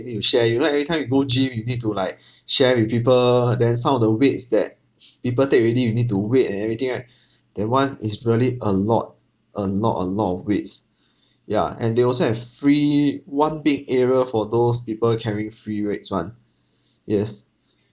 need to share you know every time we go gym we need to like share with people then some of the weights that people take already you need to wait and everything right that one is really a lot a lot a lot of weights ya and they also have free one big area for those people carrying free weights [one] yes